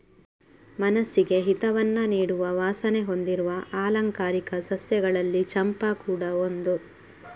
ಮನಸ್ಸಿಗೆ ಹಿತವನ್ನ ನೀಡುವ ವಾಸನೆ ಹೊಂದಿರುವ ಆಲಂಕಾರಿಕ ಸಸ್ಯಗಳಲ್ಲಿ ಚಂಪಾ ಕೂಡಾ ಒಂದು